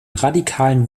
radikalen